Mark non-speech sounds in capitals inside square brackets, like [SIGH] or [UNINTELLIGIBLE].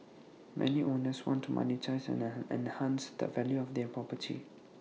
many owners want to monetise and [UNINTELLIGIBLE] enhance the value of their property